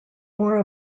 more